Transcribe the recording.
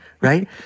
right